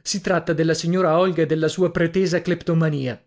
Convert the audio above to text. si tratta della signora olga e della sua pretesa cleptomania